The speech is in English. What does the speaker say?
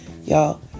y'all